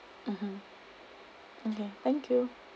mmhmm okay thank you